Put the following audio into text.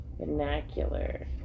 vernacular